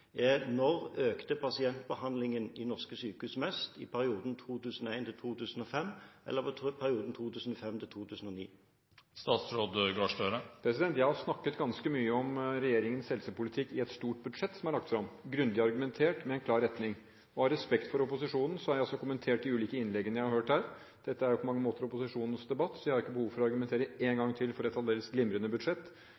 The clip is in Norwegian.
Når økte pasientbehandlingen i norske sykehus mest – i perioden 2001–2005 eller i perioden 2005–2009? Jeg har snakket ganske mye om regjeringens helsepolitikk i et stort budsjett som er lagt fram, grundig argumentert med en klar retning. I respekt for opposisjonen har jeg også kommentert de ulike innleggene jeg har hørt her. Dette er jo på mange måter opposisjonens debatt, så jeg har ikke behov for å argumentere en